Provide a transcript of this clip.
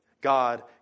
God